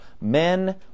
men